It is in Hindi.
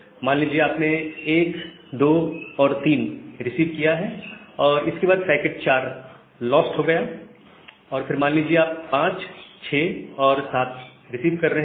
मान लीजिए आपने 12 और 3 रिसीव किया है और इसके बाद पैकेट 4 लॉस्ट हो गया है और फिर आप 56 और 7 रिसीव कर रहे हैं